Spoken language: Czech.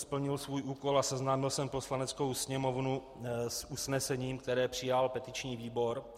Splnil jsem svůj úkol a seznámil jsem Poslaneckou sněmovnu s usnesením, které přijal petiční výbor.